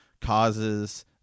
causes